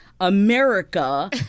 America